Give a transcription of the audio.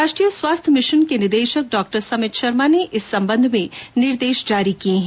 राष्ट्रीय स्वास्थ्य मिशन के निदेशक डॉ समित शर्मा ने इस सम्बन्ध में निर्देश जारी किये हैं